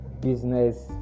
business